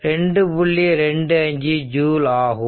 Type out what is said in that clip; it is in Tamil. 25 ஜூல் ஆகும்